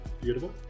Beautiful